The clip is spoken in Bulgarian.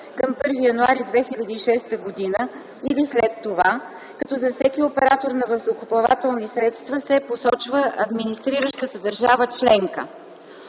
към 1 януари 2006 г. или след това, като за всеки оператор на въздухоплавателни средства се посочва администриращата държава членка